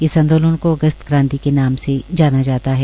इस आंदोलन को अगसत् क्रांति के नाम से जाना जाता है